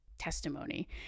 testimony